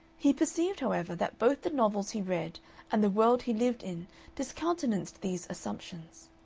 he perceived, however, that both the novels he read and the world he lived in discountenanced these assumptions.